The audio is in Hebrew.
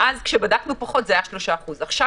אז כשבדקנו פחות זה היה 3%. עכשיו,